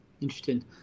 interesting